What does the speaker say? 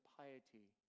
piety